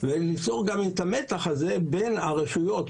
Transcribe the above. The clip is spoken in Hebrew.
וליצור גם את המתח הזה בין הרשויות,